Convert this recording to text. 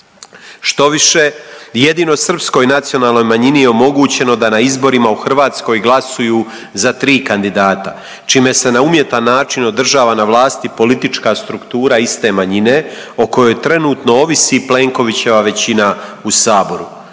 Štoviše, jedino srpskoj nacionalnoj manjini je omogućeno da na izborima u Hrvatskoj glasuju za 3 kandidata čime se na umjetan način održava na vlasti politička struktura iste manjine o kojoj trenutno ovisi Plenkovićeva većina u Saboru.